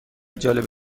جالب